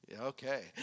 Okay